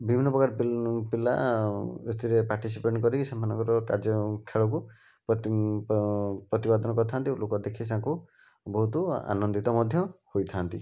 ବିଭିନ୍ନ ପ୍ରକାର ପିଲା ଏଥିରେ ପାଟିସିପେଣ୍ଟ କରି ସେମାନଙ୍କର କାର୍ଯ୍ୟ ଖେଳକୁ ପତିପାଦନ କରିଥାନ୍ତି ଲୋକ ଦେଖି ସେୟାଙ୍କୁ ବହୁତ ଆନନ୍ଦିତ ମଧ୍ୟ ହୋଇଥାନ୍ତି